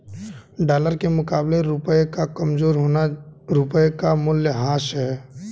dollar के मुकाबले रुपए का कमज़ोर होना रुपए का मूल्यह्रास है